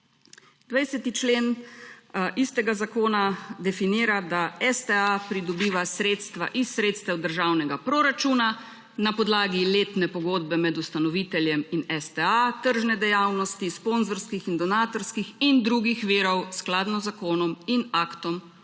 20. člen istega zakona definira, da STA pridobiva sredstva iz sredstev državnega proračuna na podlagi letne pogodbe med ustanoviteljem in STA, tržne dejavnosti, sponzorskih in donatorskih in drugih virov skladno z zakonom in aktom o